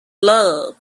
love